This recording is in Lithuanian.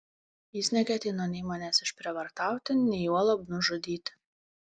jis neketino nei manęs išprievartauti nei juolab nužudyti